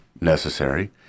Necessary